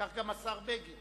כך גם השר בגין